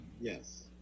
Yes